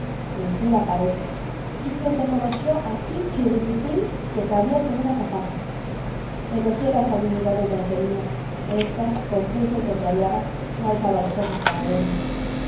mentira parece y quien te conoció así chirriquitín que cabías en un azafate elogié las habilidades de angelina esta confusa y contrariada no alzaba los ojos para verme